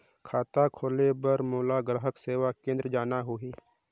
खाता खोले बार मोला ग्राहक सेवा केंद्र जाना होही?